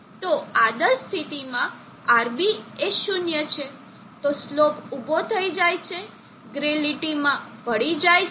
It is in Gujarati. તો આદર્શ સ્થિતિમાં RB એ 0 છે તો સ્લોપ ઉભો થઈ જાય છે ગ્રે લીટીમાં ભળી જાય છે